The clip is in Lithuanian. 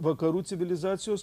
vakarų civilizacijos